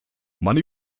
mann